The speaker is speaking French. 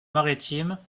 maritime